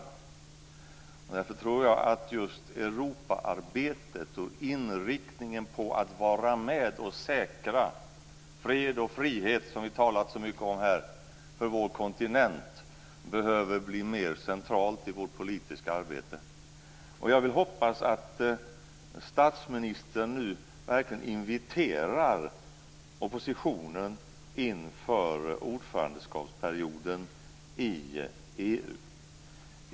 Därför tror jag att just Europaarbetet och inriktningen på att vara med och säkra fred och frihet för vår kontinent, som vi talat så mycket om här, behöver bli mer centralt i vårt politiska arbete. Jag vill hoppas att statsministern nu verkligen inviterar oppositionen inför ordförandeskapsperioden i EU.